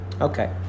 Okay